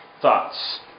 thoughts